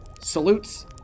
salutes